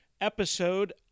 episode